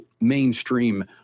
mainstream